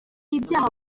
ibyaha